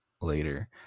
later